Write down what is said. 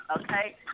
okay